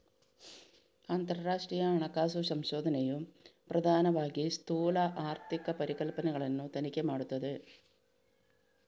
ಅಂತರರಾಷ್ಟ್ರೀಯ ಹಣಕಾಸು ಸಂಶೋಧನೆಯು ಪ್ರಧಾನವಾಗಿ ಸ್ಥೂಲ ಆರ್ಥಿಕ ಪರಿಕಲ್ಪನೆಗಳನ್ನು ತನಿಖೆ ಮಾಡುತ್ತದೆ